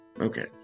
okay